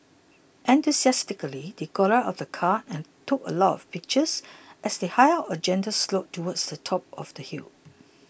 enthusiastically they got out of the car and took a lot of pictures as they hiked up a gentle slope towards the top of the hill